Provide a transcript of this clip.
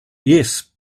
yes